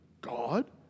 God